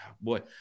boy